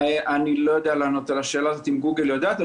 אני לא יודע לענות על השאלה האם גוגל יודעת את זה או לא.